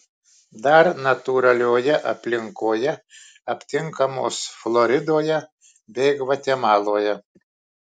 dar natūralioje aplinkoje aptinkamos floridoje bei gvatemaloje